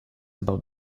about